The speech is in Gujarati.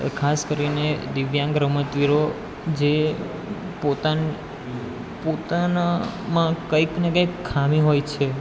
ખાસ કરીને દિવ્યાંગ રમત વીરો જે પોતાનામાં કંઇક ને કંઇક ખામી હોય છે